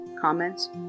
comments